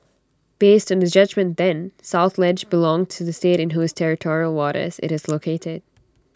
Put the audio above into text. based on the judgement then south ledge belonged to the state in whose territorial waters IT is located